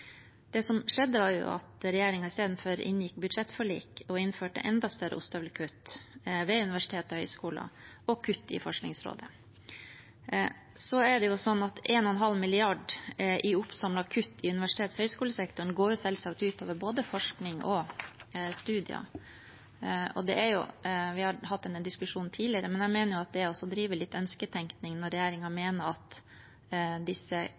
Det som skjedde, var at regjeringen istedenfor inngikk budsjettforlik og innførte enda større ostehøvelkutt ved universitet og høyskoler og kutt i Forskningsrådet. 1,5 mrd. kr i oppsamlede kutt i universitets- og høyskolesektoren går selvsagt ut over både forskning og studier. Vi har hatt denne diskusjonen tidligere, men jeg mener det er å drive litt ønsketenkning når regjeringen mener at disse